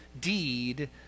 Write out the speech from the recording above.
deed